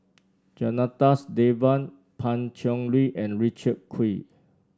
Janadas Devan Pan Cheng Lui and Richard Kee